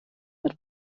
mit